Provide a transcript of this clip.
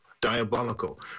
diabolical